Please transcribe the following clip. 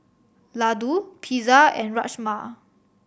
Ladoo Pizza and Rajma